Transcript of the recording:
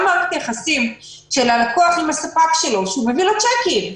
גם מערכת יחסים של הלקוח עם הספק שלו שהוא מביא לו צ'קים,